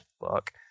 Fuck